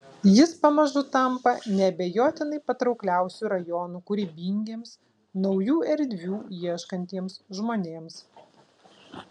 jis pamažu tampa neabejotinai patraukliausiu rajonu kūrybingiems naujų erdvių ieškantiems žmonėms